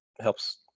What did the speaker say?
helps